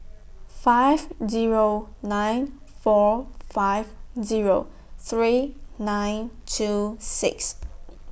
five Zero nine four five Zero three nine two six